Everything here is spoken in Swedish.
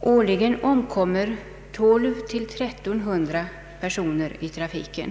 Årligen omkommer 1200—1 300 personer i trafiken.